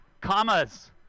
Commas